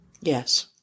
Yes